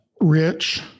rich